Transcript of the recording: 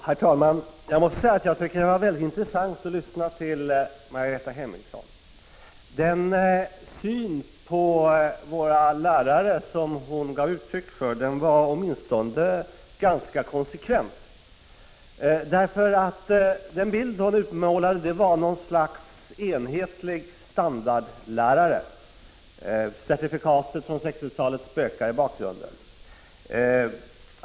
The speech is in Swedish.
Herr talman! Jag måste säga att det var väldigt intressant att lyssna till Margareta Hemmingsson. Den syn på våra lärare som hon gav uttryck för var åtminstone ganska konsekvent. Den bild hon målade upp var något slags enhetlig standardlärare — certifikatet från 1960-talet spökade i bakgrunden.